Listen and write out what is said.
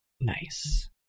nice